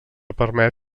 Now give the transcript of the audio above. permet